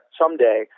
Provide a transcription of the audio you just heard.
someday